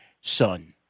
son